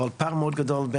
ופער מאוד גדול,